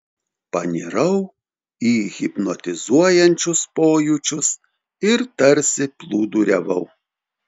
panirau į hipnotizuojančius pojūčius ir tarsi plūduriavau